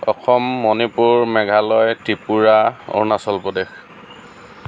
Assam Manipur Meghalaya Tripura Arunachal Pradesh